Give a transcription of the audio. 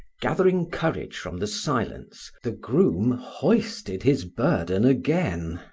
gathering courage from the silence, the groom hoisted his burden again,